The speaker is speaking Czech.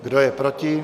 Kdo je proti?